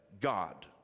God